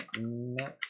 next